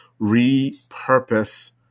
repurpose